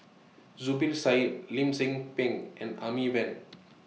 Zubir Said Lim Tze Peng and Amy Van